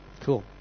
Cool